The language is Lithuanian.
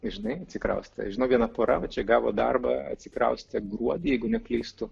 žinai atsikraustė žinau viena pora va čia gavo darbą atsikraustė gruodį jeigu neklystu